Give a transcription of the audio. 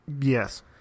Yes